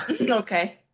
Okay